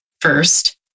first